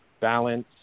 balance